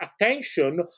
attention